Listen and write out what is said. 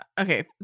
okay